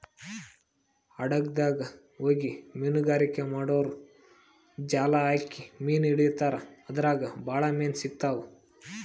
ಹಡಗ್ದಾಗ್ ಹೋಗಿ ಮೀನ್ಗಾರಿಕೆ ಮಾಡೂರು ಜಾಲ್ ಹಾಕಿ ಮೀನ್ ಹಿಡಿತಾರ್ ಅದ್ರಾಗ್ ಭಾಳ್ ಮೀನ್ ಸಿಗ್ತಾವ್